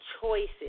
choices